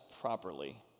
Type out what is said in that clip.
properly